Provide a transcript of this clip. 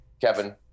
Kevin